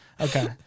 okay